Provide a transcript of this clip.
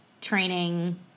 training